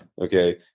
okay